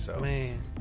man